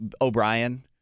O'Brien